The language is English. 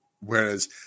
whereas